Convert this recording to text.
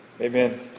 Amen